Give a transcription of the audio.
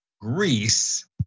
Greece